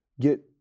get